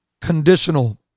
Conditional